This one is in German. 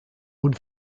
und